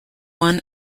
one